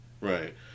Right